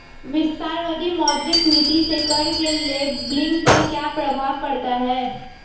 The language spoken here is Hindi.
विस्तारवादी मौद्रिक नीति से कर के लेबलिंग पर क्या प्रभाव पड़ता है?